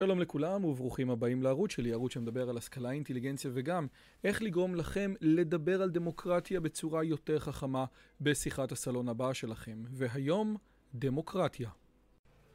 שלום לכולם וברוכים הבאים לערוץ שלי, ערוץ שמדבר על השכלה, אינטליגנציה וגם איך לגרום לכם לדבר על דמוקרטיה בצורה יותר חכמה בשיחת הסלון הבאה שלכם. והיום דמוקרטיה.